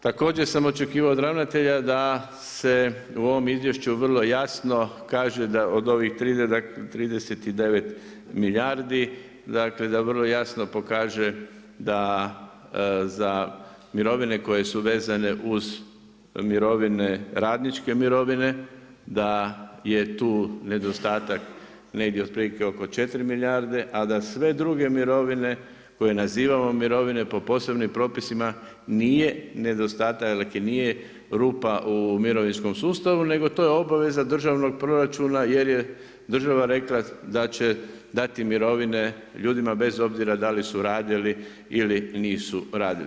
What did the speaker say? Također sam očekivao od ravnatelja da se u ovom izvješću vrlo jasno kaže da od ovih 39 milijardi, dakle da vrlo jasno pokaže da za mirovine koje su vezane uz mirovine, radničke mirovine da je tu nedostatak negdje otprilike oko 4 milijarde, a da sve druge mirovine koje nazivamo mirovine po posebnim propisima nije nedostatak i nije rupa u mirovinskom sustavu, nego to je obaveza državnog proračuna jer je država rekla da će dati mirovine ljudima bez obzira da li su radili ili nisu radili.